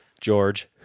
George